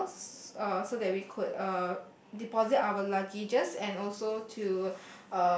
hotels uh so that we could uh deposit our luggages and also to